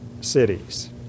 cities